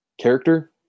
Character